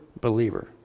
believer